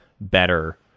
better